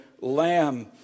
lamb